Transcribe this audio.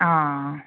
ആ